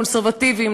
הקונסרבטיבים,